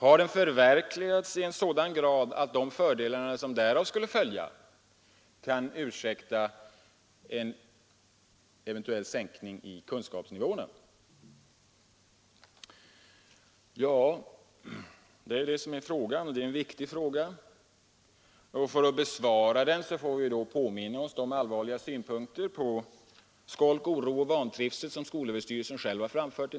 Har den förverkligats i en sådan grad att de fördelar som därav skulle följa kan ursäkta en eventuell sänkning i kunskapsnivåerna? För att besvara den viktiga frågan får vi påminna oss de allvarliga synpunkter på ”skolk, oro och vantrivsel” som skolöverstyrelsens egen arbetsgrupp har framfört.